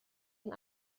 den